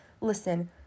listen